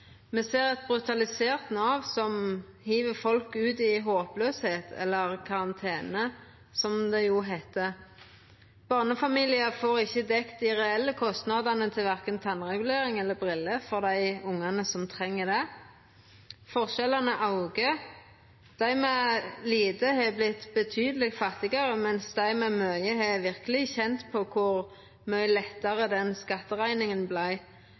Me ser eit brutalisert Nav som hiv folk ut i håpløysa, eller karantene, som det jo heiter. Barnefamiliar får ikkje dekt dei reelle kostnadene til verken tannregulering eller briller for dei ungane som treng det. Forskjellane aukar. Dei med lite har vorte betydeleg fattigare, mens dei med mykje har verkeleg kjent på kor mykje lettare den